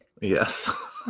Yes